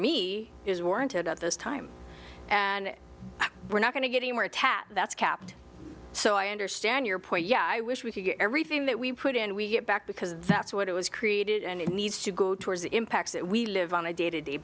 me is warranted at this time and we're not going to get anywhere tat that's kept so i understand your point yeah i wish we could get everything that we put in we get back because that's what it was created and it needs to go towards the impacts that we live on a day to day